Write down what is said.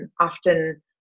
often